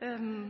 god.